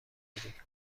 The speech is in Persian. اونجوری